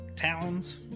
Talons